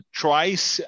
twice